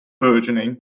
burgeoning